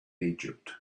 egypt